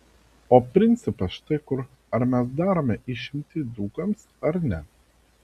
o principas štai kur ar mes darome išimtį dzūkams ar ne